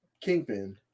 Kingpin